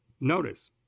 Notice